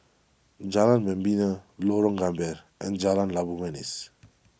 Jalan Membina Lorong Gambir and Jalan Labu Manis